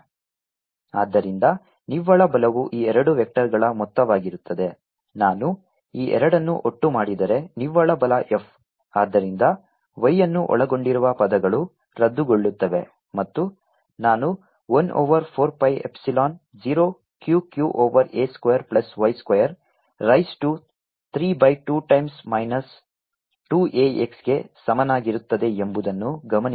F214π0Qqa2y232 ಆದ್ದರಿಂದ ನಿವ್ವಳ ಬಲವು ಈ ಎರಡು ವೆಕ್ಟರ್ಗಳ ಮೊತ್ತವಾಗಿರುತ್ತದೆ ನಾನು ಈ ಎರಡನ್ನೂ ಒಟ್ಟು ಮಾಡಿದರೆ ನಿವ್ವಳ ಬಲ F ಆದ್ದರಿಂದ y ಅನ್ನು ಒಳಗೊಂಡಿರುವ ಪದಗಳು ರದ್ದುಗೊಳ್ಳುತ್ತವೆ ಮತ್ತು ನಾನು 1 over 4 pi epsilon 0 Q q over a square plus y square raise to 3 by 2 times minus 2 a x ಗೆ ಸಮನಾಗಿರುತ್ತದೆ ಎಂಬುದನ್ನು ಗಮನಿಸಬಹುದು